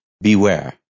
Beware